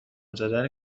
زدم